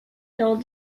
dans